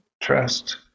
trust